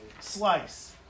slice